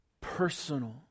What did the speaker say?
personal